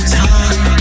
time